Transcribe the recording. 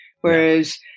Whereas